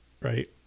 right